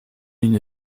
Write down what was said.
une